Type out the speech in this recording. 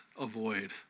avoid